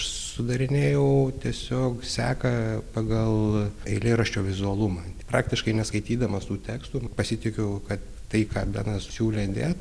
sudarinėjau tiesiog seką pagal eilėraščio vizualumą praktiškai neskaitydamas tų tekstų pasitikiu kad tai ką benas siūlė dėt